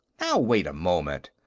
now, wait a moment!